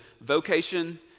vocation